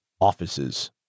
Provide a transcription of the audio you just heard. offices